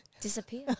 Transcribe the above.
disappear